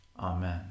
Amen